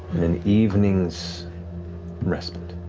an evening's respite.